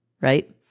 right